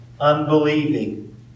unbelieving